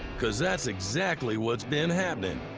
cause that's exactly what's been happening,